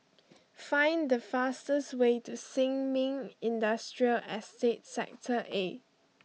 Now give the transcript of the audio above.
find the fastest way to Sin Ming Industrial Estate Sector A